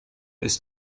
ist